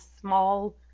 small